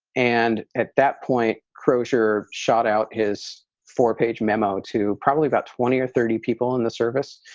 and at that point, crozier shot out his four page memo to probably about twenty or thirty people in the service,